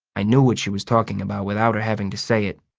i knew what she was talking about without her having to say it.